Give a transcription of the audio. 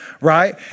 Right